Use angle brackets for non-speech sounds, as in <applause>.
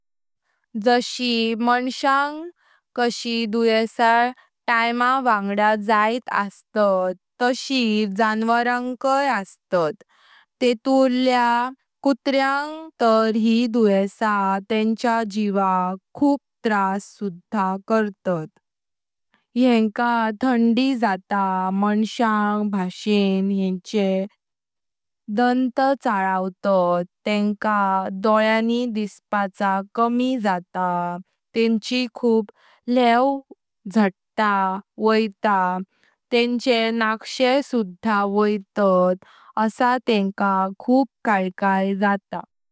जशी मन्स्यांग काही दुएसां टाइम वांगडा जायता अस्तात तशीच जान्वारांगाई अस्तात। तेतुर्ल्या कुत्रांग तर यी दुएसां तेंच्या जीवाक खुब त्रास सुधा करतात। येका थंडी जाता, मन्स्या भाषें येन्चे दांत चलवतत, तेंका डोळ्यानी दिसपाक कमी जाता, तेंची खुब लेव <hesitation> व्होईता, तेंचे नक्षे सुधा व्होइतात आसां तेंका खुब कायकाय जाता।